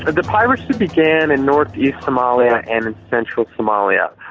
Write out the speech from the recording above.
ah the piracy began in northeast somalia and in central somalia.